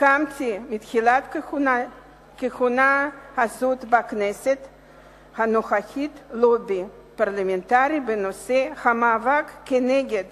הקמתי בתחילת כהונת הכנסת הנוכחית לובי פרלמנטרי בנושא: המאבק כנגד